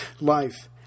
Life